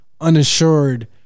unassured